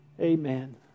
Amen